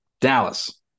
Dallas